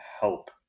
help